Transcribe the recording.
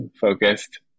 focused